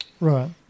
Right